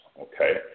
okay